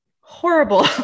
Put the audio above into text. horrible